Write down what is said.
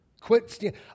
Quit